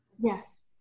Yes